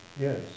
yes